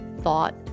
thought